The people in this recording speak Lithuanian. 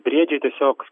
briedžiai tiesiog